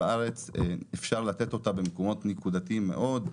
בארץ אפשר לתת את זה רק במקומות נקודתיים מאוד,